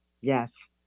yes